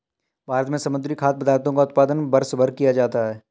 भारत में समुद्री खाद्य पदार्थों का उत्पादन वर्षभर किया जाता है